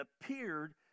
appeared